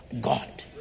God